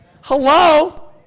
Hello